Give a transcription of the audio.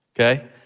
Okay